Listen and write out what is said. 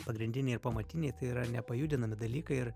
pagrindiniai ir pamatiniai tai yra nepajudinami dalykai ir